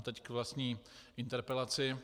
Teď k vlastní interpelaci.